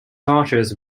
archers